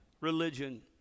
religion